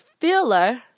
filler